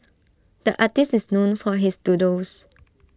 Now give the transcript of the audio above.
the artist is known for his doodles